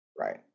Right